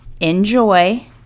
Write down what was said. enjoy